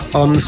on